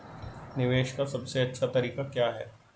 निवेश का सबसे अच्छा तरीका क्या है?